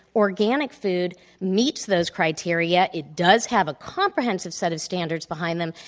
organic food meets those criteria. it does have a comprehensive set of standards behind them,